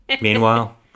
Meanwhile